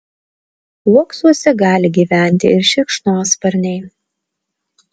uoksuose gali gyventi ir šikšnosparniai